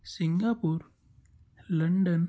Singapore London